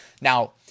now